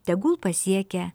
tegul pasiekia